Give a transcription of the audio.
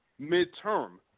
midterm